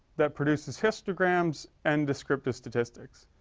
that produces histograms and descriptive statistics.